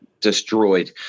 destroyed